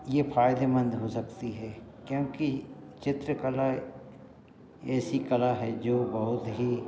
ये फायदेमंद हो सकती है क्योंकि चित्रकला ऐसी कला है जो बहुत ही